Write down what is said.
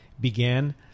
began